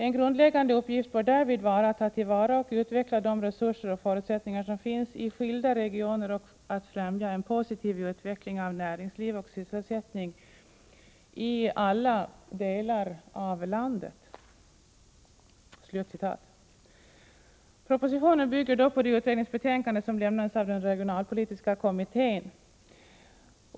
En grundläggande uppgift bör därvid vara att ta till vara och utveckla de resurser och förutsättningar som finns i särskilda regioner och att främja en positiv utveckling av näringsliv och sysselsättning i alla delar av landet.” Propositionen bygger på det utredningsbetänkande som lämnades av den regionalpolitiska kommittén.